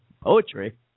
Poetry